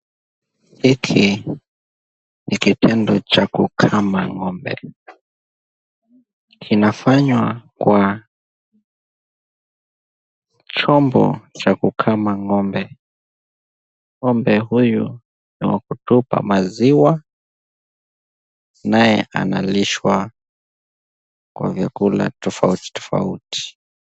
Hiki ni kitendo cha kukama ng'ombe. Iinafanywa kwa chombo cha kukama ng'ombe. Ng'ombe huyu ni wa kutupa maziwa. Naye analishwa. Kwa vyakula tofauti tofauti.